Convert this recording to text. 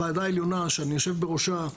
ועדה עליונה שאני יושב בראשה,